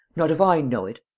not if i know it!